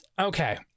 okay